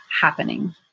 happening